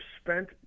spent